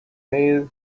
male